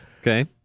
Okay